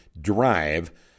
drive